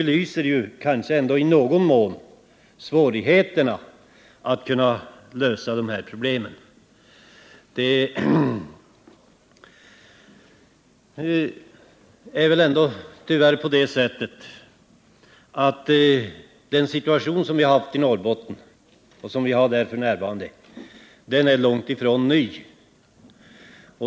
Detta belyser ändå i någon mån svårigheten att lösa dessa problem. Tyvärr är den situation som vi har haft och fortfarande har i Norrbotten långt ifrån ny.